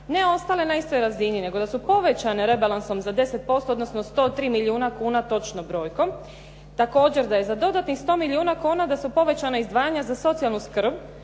ne ostale na istoj razini nego da su povećane rebalansom za 10%, odnosno 103 milijuna kuna točno brojkom. Također da je za dodatnih 100 milijuna kuna da su povećana izdvajanja za socijalnu skrb